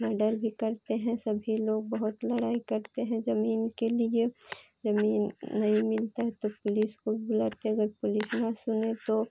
murder भी करते हैं सभी लोग बहुत लड़ाई करते हैं ज़मीन के लिए ज़मीन नहीं मिलता है तो पुलिस को भी बुलाते हैं अगर पुलिस ना सुने तो